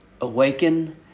awaken